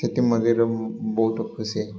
ସେଥିମଧ୍ୟରୁ ବହୁତ ଖୁସି